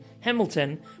Hamilton